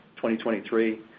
2023